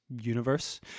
universe